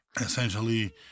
essentially